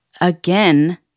again